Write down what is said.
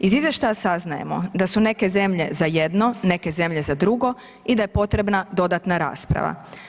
Iz izvještaja saznajemo da su neke zemlje za jedno, neke zemlje za drugo i da je potrebna dodatna rasprava.